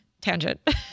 Tangent